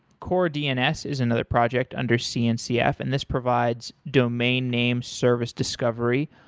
core dns is another project under cncf, and this provides domain name service discovery.